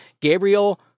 Gabriel